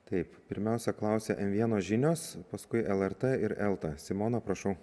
taip pirmiausia klausia em vieno žinios paskui lrt ir elta simona prašau